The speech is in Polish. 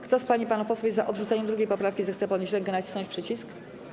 Kto z pań i panów posłów jest za odrzuceniem 2. poprawki, zechce podnieść rękę i nacisnąć przycisk.